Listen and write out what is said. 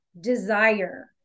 desire